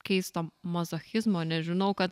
keisto mazochizmo nežinau kad